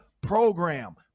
program